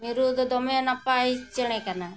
ᱢᱤᱨᱩ ᱫᱚ ᱫᱚᱢᱮ ᱱᱟᱯᱟᱭ ᱪᱮᱬᱮ ᱠᱟᱱᱟ